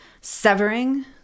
severing